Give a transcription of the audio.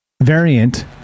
variant